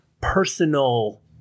personal